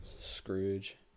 Scrooge